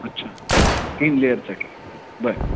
अच्छा तीन लेअरचा के बरं